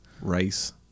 Rice